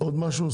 עוד משהו?